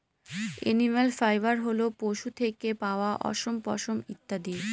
animal fibre হল পশু থেকে পাওয়া অশম, পশম ইত্যাদি